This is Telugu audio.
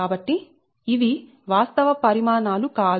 కాబట్టి ఇవి వాస్తవ పరిమాణాలు కాదు